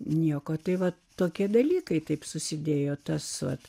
nieko tai va tokie dalykai taip susidėjo tas vat